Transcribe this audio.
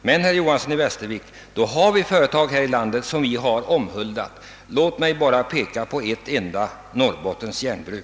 Men vi har redan sådana företag i detta land som vi har omhuldat — låt mig endast peka på ett Norrbottens Jernverk.